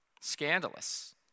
scandalous